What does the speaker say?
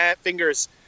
fingers